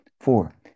four